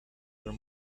are